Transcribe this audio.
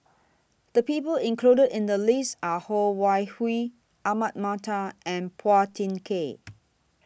The People included in The list Are Ho Wan Hui Ahmad Mattar and Phua Thin Kiay